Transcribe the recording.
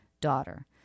daughter